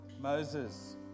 Moses